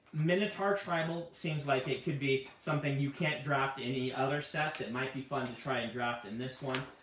minotaur tribal seems like it could be something you can't draft in any other set that might be fun to try and draft in this one.